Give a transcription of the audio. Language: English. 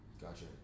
Gotcha